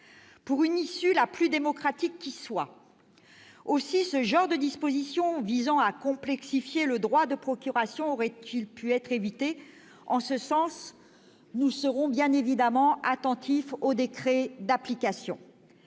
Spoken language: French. pour une issue la plus démocratique qui soit. Aussi, ce genre de disposition visant à complexifier le droit de procuration aurait-il pu être évité. En ce sens, nous serons attentifs au décret d'application.